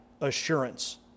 assurance